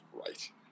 Right